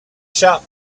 shop